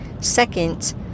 Second